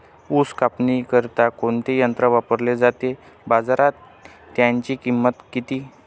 ऊस कापणीकरिता कोणते यंत्र वापरले जाते? बाजारात त्याची किंमत किती?